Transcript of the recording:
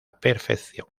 perfección